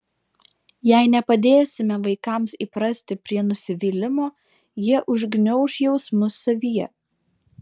jei nepadėsime vaikams įprasti prie nusivylimo jie užgniauš jausmus savyje